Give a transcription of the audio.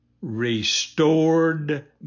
Restored